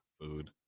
food